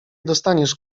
dostaniesz